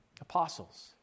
apostles